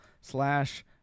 slash